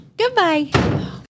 Goodbye